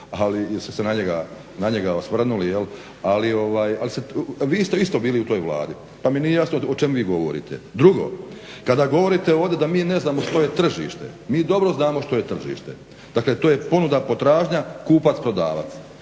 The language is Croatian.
jer ste se na njega osvrnuli, ali vi ste isto bili u toj Vladi, pa mi nije jasno o čemu vi govorite. Drugo, kada govorite ovdje da mi ne znamo što je tržište, mi dobro znamo što je tržište. Dakle, to je ponuda-potražnja, kupac-prodavac.